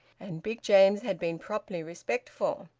and big james had been properly respectful.